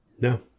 No